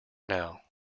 now